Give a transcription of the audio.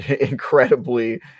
incredibly